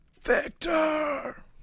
Victor